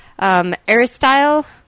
Aristyle